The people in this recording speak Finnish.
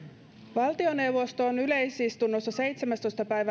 valtioneuvosto on yleisistunnossa seitsemästoista